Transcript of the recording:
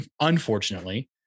unfortunately